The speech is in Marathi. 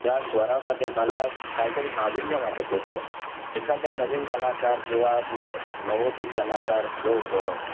त्या स्वरामध्ये मला काहीतरी नाविन्य वाटत होतं एखादं नवीन कलाकार किंवा नवोदित कलाकार जो